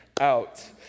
out